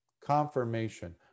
confirmation